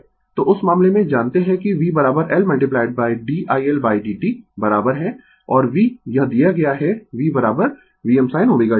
तो उस मामले में जानते है कि V L d iLdt बराबर है और V यह दिया गया है V Vm sin ω t